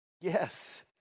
Yes